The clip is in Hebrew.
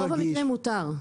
ברוב המקרים מותר.